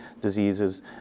diseases